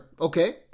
Okay